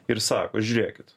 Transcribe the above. ir sako žiūrėkit